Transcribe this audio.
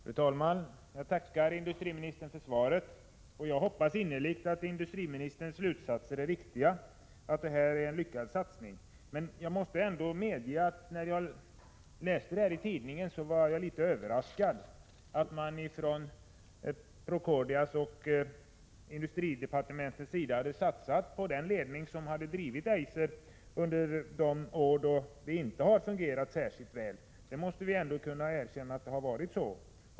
Fru talman! Jag tackar industriministern för svaret. Jag hoppas innerligt att industriministerns slutsatser är riktiga, dvs. att detta är en lyckad satsning. Jag måste ändå medge att jag, när jag läste om detta i tidningen, blev litet överraskad över att man från Procordias och industridepartementets sida hade satsat på den ledning som drivit Eiser under de år då företaget inte fungerade särskilt väl. Vi måste kunna erkänna att det har varit så.